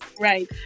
Right